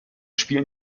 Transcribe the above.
spielen